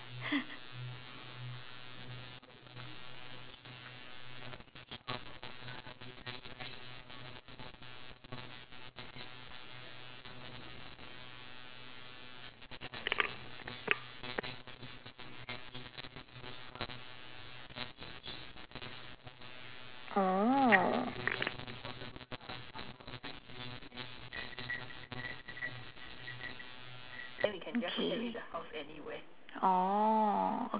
oh okay oh